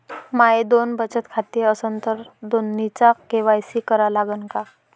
माये दोन बचत खाते असन तर दोन्हीचा के.वाय.सी करा लागन का?